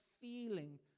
feeling